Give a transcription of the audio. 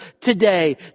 today